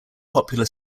popular